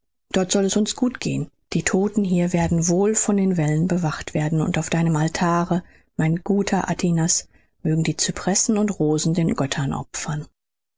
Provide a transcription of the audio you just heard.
dort soll es uns gut gehen die todten hier werden wohl von den wellen bewacht werden und auf deinem altare mein guter atinas mögen die cypressen und rosen den